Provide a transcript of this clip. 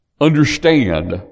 understand